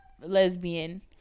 lesbian